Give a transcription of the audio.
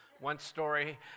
one-story